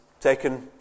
taken